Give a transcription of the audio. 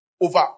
over